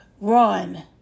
Run